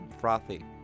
Frothy